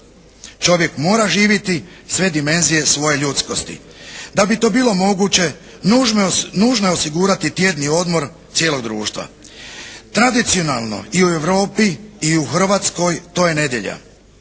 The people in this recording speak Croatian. Čovjek mora živjeti sve dimenzije svoje ljudskosti. Da bi to bilo moguće nužno je osigurati tjedni odmor cijelog društva. Tradicionalno i u Europi i u Hrvatskoj to je nedjelja.